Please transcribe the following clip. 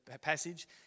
passage